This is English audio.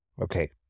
okay